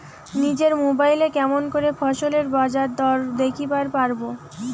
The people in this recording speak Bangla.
নিজের মোবাইলে কেমন করে ফসলের বাজারদর দেখিবার পারবো?